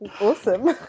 Awesome